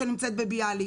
כשאני נמצאת בביאליק,